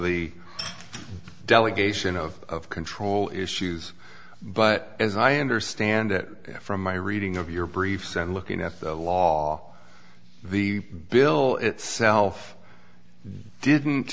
the delegation of control issues but as i understand it from my reading of your briefs and looking at the law the bill itself didn't